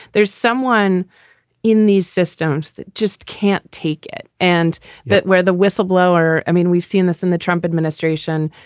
there's someone in these systems that just can't take it. and that where the whistleblower i mean, we've seen this in the trump administration,